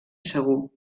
segur